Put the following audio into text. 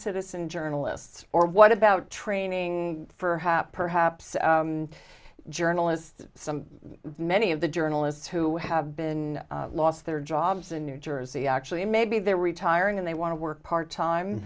citizen journalists or what about training for hap perhapses journalists some many of the journalists who have been lost their jobs in new jersey actually maybe they're retiring and they want to work part time